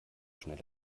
schnell